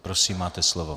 Prosím, máte slovo.